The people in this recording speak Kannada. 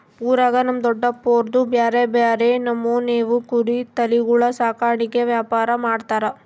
ಊರಾಗ ನಮ್ ದೊಡಪ್ನೋರ್ದು ಬ್ಯಾರೆ ಬ್ಯಾರೆ ನಮೂನೆವು ಕುರಿ ತಳಿಗುಳ ಸಾಕಾಣಿಕೆ ವ್ಯಾಪಾರ ಮಾಡ್ತಾರ